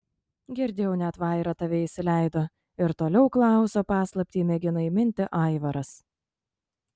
girdėjau net vaira tave įsileido ir toliau klauso paslaptį mėgina įminti aivaras